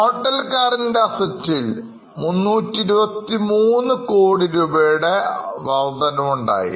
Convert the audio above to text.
Total Current Assets ൽ323 കോടി രൂപയുടെ വർദ്ധനവുണ്ടായി